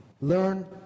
Learn